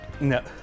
no